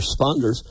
responders